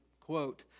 quote